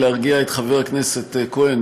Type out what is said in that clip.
להרגיע את חבר הכנסת כהן,